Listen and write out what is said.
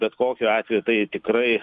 bet kokiu atveju tai tikrai